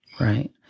Right